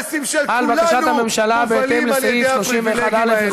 והאינטרסים של כולנו מופעלים על-ידי הפריבילגים האלה.